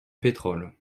pétrole